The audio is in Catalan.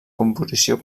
composició